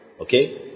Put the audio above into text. Okay